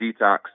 detox